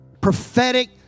prophetic